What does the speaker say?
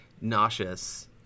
nauseous